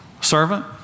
Servant